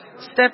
Step